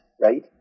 right